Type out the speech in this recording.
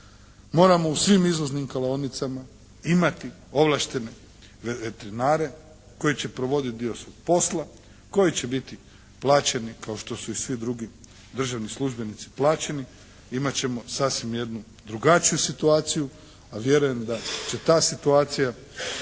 moramo u svim izvoznim klaonicama imati ovlaštene veterinare koji će provoditi dio svog posla, koji će biti plaćeni kao što su i svi drugi državni službenici plaćeni, imat ćemo sasvim jednu drugačiju situaciju, a vjerujem da će ta situacija